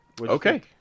okay